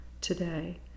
today